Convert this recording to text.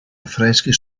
affreschi